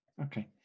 Okay